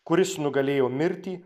kuris nugalėjo mirtį